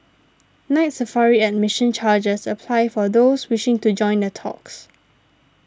Night Safari admission charges apply for those wishing to join the talks